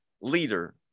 leader